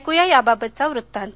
ऐकुया याबाबतचा वृत्तांत